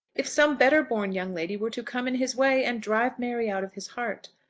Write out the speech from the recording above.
if some better born young lady were to come in his way and drive mary out of his heart!